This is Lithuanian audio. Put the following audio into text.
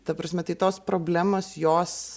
ta prasme tai tos problemos jos